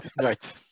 Right